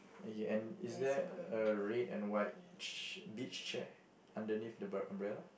okay and is there a red and white ch~ beach chair underneath the umbrella